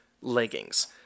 leggings